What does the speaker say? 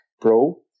Pro